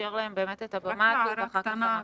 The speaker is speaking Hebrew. נאפשר להם באמת את הבמה הזו ואחר כך אנחנו ננהל את זה.